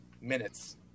minutes